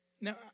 Now